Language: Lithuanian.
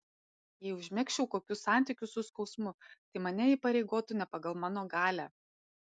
jei užmegzčiau kokius santykius su skausmu tai mane įpareigotų ne pagal mano galią